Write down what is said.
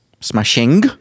Smashing